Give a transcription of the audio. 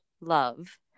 love